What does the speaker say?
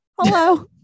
Hello